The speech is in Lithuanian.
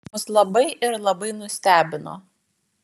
mus labai ir labai nustebino